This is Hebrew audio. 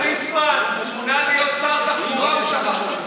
איפה החברים שלך?